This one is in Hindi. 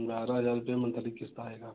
बारह हजार रुपया मंथली किश्त आएगा आपका यह